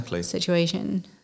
situation